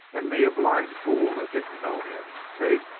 and me a blind fool that didn't know him. kate,